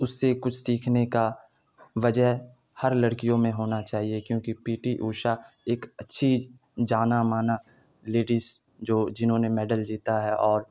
اس سے کچھ سیکھنے کا وجہ ہر لڑکیوں میں ہونا چاہیے کیونکہ پی ٹی اوشا ایک اچھی جانا مانا لیڈیز جو جنہوں نے میڈل جیتا ہے اور